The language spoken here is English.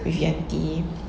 with yati